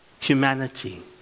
humanity